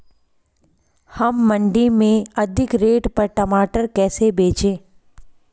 हम मंडी में अधिक रेट पर टमाटर कैसे बेचें?